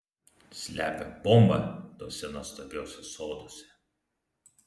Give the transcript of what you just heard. slepia bombą tuose nuostabiuose soduose